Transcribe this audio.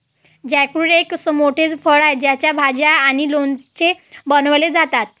jackfruit हे एक मोठे फळ आहे ज्याच्या भाज्या आणि लोणचे बनवले जातात